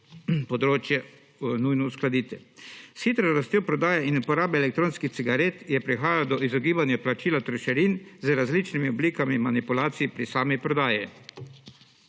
področje nujno uskladiti. S hitro rastjo prodaje in uporabe elektronskih cigaret je prihajalo do izogibanja plačila trošarin z različnimi oblikami manipulacij pri sami prodaji.